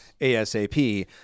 ASAP